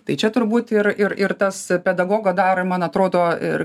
tai čia turbūt ir ir ir tas pedagogo dar man atrodo ir